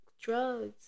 drugs